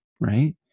right